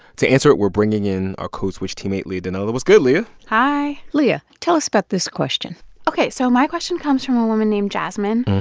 to answer it, we're bringing in our code switch teammate leah donnella. what's good, leah? hi leah, tell us about this question ok. so my question comes from a woman named jasmine.